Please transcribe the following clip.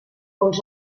fons